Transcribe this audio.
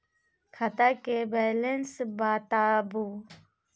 खाता के बैलेंस बताबू?